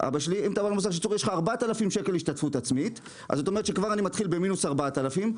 אני אסביר לך למה אני לא יכול להתחרות במחיר.